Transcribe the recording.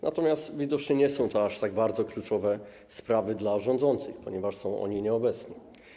Natomiast widocznie nie są to aż tak bardzo kluczowe sprawy dla rządzących, ponieważ są oni nieobecni.